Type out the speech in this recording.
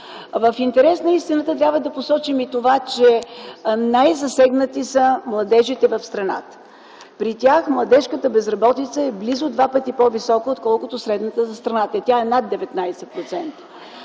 В интерес на истината трябва да посочим и това, че най-засегнати са младежите в страната. При тях младежката безработица е близо два пъти по-висока, отколкото средната за страната, и тя е над 19%.